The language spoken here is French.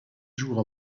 jours